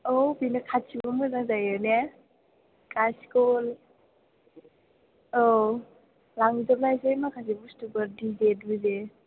औ बेनो खाथियाव मोजां जायो ने गासैखौबो औ लांजोबनोसै माखासे बुस्तुफोर डिजे टिजे